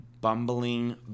bumbling